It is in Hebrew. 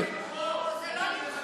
זה לא למחוק.